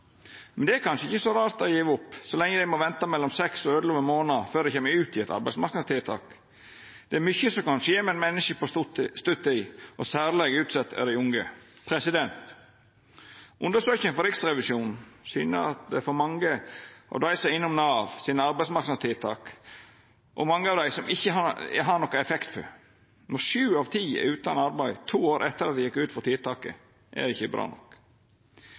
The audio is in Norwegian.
Men det er kanskje ikkje så rart at dei gjev opp, så lenge dei må venta mellom seks og elleve månader før dei kjem ut i eit arbeidsmarknadstiltak. Det er mykje som kan skje med eit menneske på stutt tid, og særleg utsette er dei unge. Undersøkinga frå Riksrevisjonen syner at det er for mange av dei som er innom Navs arbeidsmarknadstiltak, som det ikkje har nokon effekt for. Når sju av ti er utan arbeid to år etter at dei gjekk ut av tiltaket, er det ikkje bra nok.